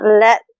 let